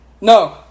No